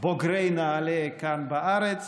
בוגרי נעל"ה כאן בארץ